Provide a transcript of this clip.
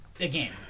again